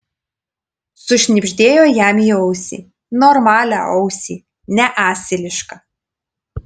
sušnibždėjo jam į ausį normalią ausį ne asilišką